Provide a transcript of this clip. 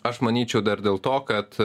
aš manyčiau dar dėl to kad